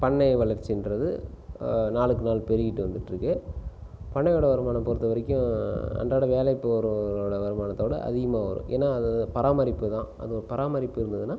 பண்ணை வளர்ச்சின்றது நாளுக்கு நாள் பெருகிட்டு வந்துட்டுருக்கு பண்ணையோடய வருமானம் பொறுத்த வரைக்கும் அன்றாடம் வேலைக்கு போகிறவங்களோட வருமானத்தை விட அதிகமாக வரும் ஏன்னால் அது பராமரிப்பு தான் அது பராமரிப்பு இருந்ததுனா